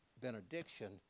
benediction